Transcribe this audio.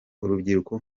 urubyiruko